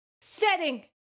setting